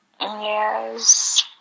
Yes